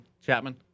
Chapman